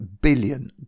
billion